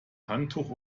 handtuch